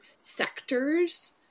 sectors